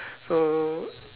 so